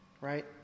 right